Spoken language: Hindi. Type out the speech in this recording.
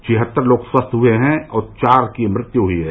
छिहत्तर लोग स्वस्थ हुए हैं और चार की मृत्यु हुयी है